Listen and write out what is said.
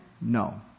No